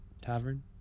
Tavern